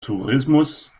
tourismus